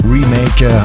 Remake